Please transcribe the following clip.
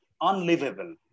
unlivable